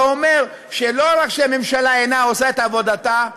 זה אומר שלא רק שהממשלה אינה עושה את עבודתה,